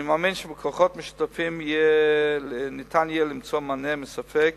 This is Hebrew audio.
אני מאמין שבכוחות משותפים ניתן יהיה למצוא מענה מספיק